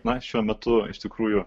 na šiuo metu iš tikrųjų